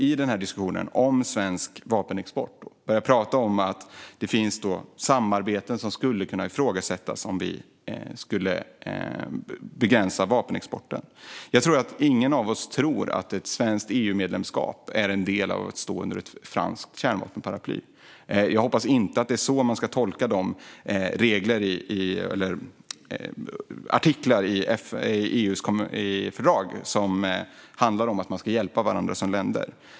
I diskussionen om svensk vapenexport börjar man sedan tala om att det finns samarbeten som skulle kunna ifrågasättas om vi begränsade vapenexporten. Jag tror inte att någon av oss tror att det ingår i ett svenskt EU-medlemskap att stå under ett franskt kärnvapenparaply. Jag hoppas att det inte är så man ska tolka de artiklar i EU:s fördrag som handlar om att man som länder ska hjälpa varandra.